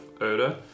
odor